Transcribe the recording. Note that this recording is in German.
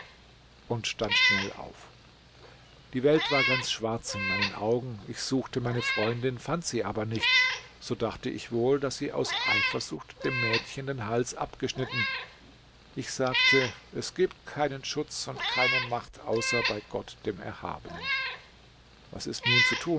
und stand schnell auf die welt war ganz schwarz in meinen augen ich suchte meine freundin fand sie aber nicht so dachte ich wohl daß sie aus eifersucht dem mädchen den hals abgeschnitten ich sagte es gibt keinen schutz und keine macht außer bei gott dem erhabenen was ist nun zu tun